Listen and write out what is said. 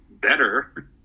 better